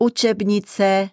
Učebnice